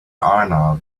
arnav